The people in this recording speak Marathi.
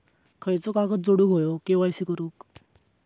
खयचो कागद जोडुक होयो के.वाय.सी करूक?